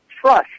trust